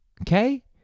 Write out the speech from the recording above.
Okay